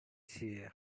چیه